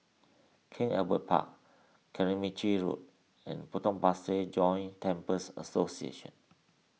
King Albert Park Carmichael Road and Potong Pasir Joint Temples Association